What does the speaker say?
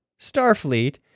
starfleet